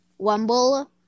Wumble